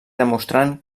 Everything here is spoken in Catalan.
demostrant